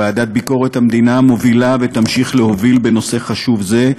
ועדת ביקורת המדינה מובילה ותמשיך להוביל בנושא חשוב זה,